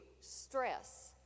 stress